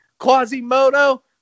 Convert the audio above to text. Quasimodo